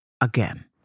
again